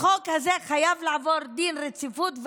החוק הזה חייב לעבור דין רציפות,